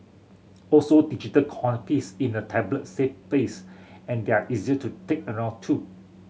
also digital piece in a tablet save space and they are easier to take around too